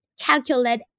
calculate